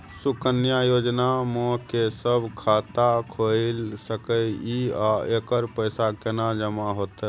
सुकन्या योजना म के सब खाता खोइल सके इ आ एकर पैसा केना जमा होतै?